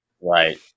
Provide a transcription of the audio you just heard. right